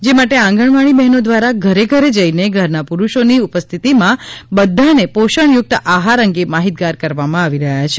જે માટે આંગણવાડી બહેનો દ્વારા ઘરે ઘરે જઇને ઘરના પુરૂષોની ઉપસ્થિતિમાં બધાને પોષણયુકત આહાર અંગે માહિતગાર કરવામાં આવી રહ્યા છે